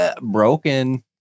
broken